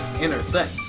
intersect